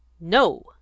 No